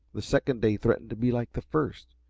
the second day threatened to be like the first.